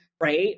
right